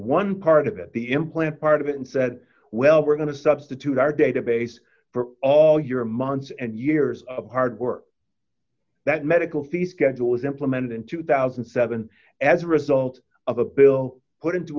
one part of it the implant part of it and said well we're going to substitute our database for all d your months and years of hard work that medical fee schedule was implemented in two thousand and seven as a result of a bill put into